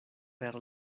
per